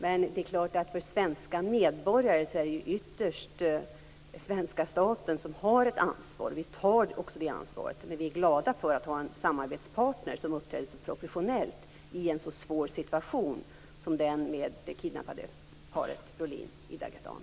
Men det är klart att det ytterst är svenska staten som har ett ansvar för svenska medborgare. Vi tar också det ansvaret, men vi är glada för att ha en samarbetspartner som uppträder så professionellt i en så svår situation som den med det kidnappade paret Brolin i Dagestan.